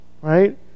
right